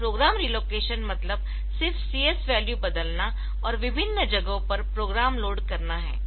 तो program relocation मतलब सिर्फ CS वैल्यू बदलना और विभिन्न जगहों पर प्रोग्राम लोड करना है